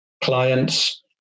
clients